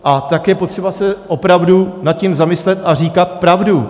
A tak je potřeba se opravdu nad tím zamyslet a říkat pravdu.